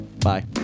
Bye